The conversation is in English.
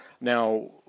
Now